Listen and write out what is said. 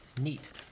Neat